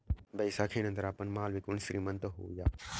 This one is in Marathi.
बैसाखीनंतर आपण माल विकून श्रीमंत होऊया